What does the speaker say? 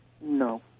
No